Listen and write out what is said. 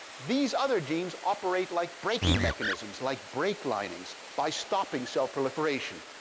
these other genes operate like braking mechanisms, like brake linings, by stopping cell proliferation.